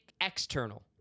external